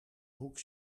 hoek